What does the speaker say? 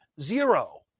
Zero